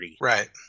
right